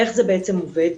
איך זה בעצם עובד?